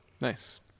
Nice